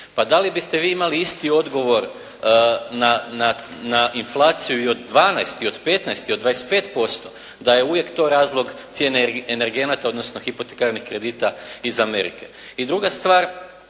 Pa da li biste vi imali isti odgovor na inflaciju i od 12, i od 15, i od 25%, da je uvijek to razlog cijene energenata, odnosno hipotekarnih kredita iz Amerike. I druga stvar.